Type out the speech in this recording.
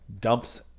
Dumps